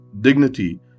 dignity